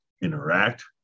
interact